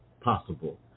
possible